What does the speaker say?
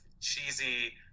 cheesy